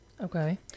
Okay